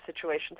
situations